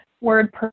word